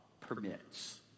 permits